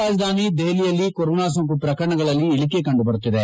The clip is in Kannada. ರಾಷ್ಟ ರಾಜಧಾನಿ ದೆಹಲಿಯಲ್ಲಿ ಕೊರೊನಾ ಸೋಂಕು ಪ್ರಕರಣಗಳಲ್ಲಿ ಇಳಿಕೆ ಕಂಡು ಬರುತ್ತಿದೆ